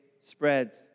spreads